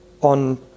on